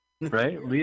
Right